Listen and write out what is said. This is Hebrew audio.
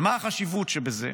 ומה החשיבות שבזה?